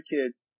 kids